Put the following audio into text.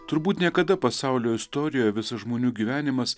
turbūt niekada pasaulio istorijoj visas žmonių gyvenimas